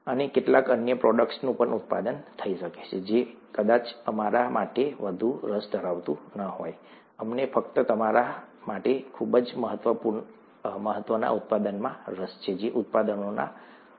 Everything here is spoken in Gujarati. અને કેટલીક અન્ય પ્રોડક્ટ્સનું પણ ઉત્પાદન થઈ શકે છે જે કદાચ અમારા માટે વધુ રસ ધરાવતું ન હોય અમને ફક્ત અમારા માટે ખૂબ જ મહત્ત્વના ઉત્પાદનમાં જ રસ છે જે ઉત્પાદનો હાજર છે